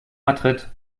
madrid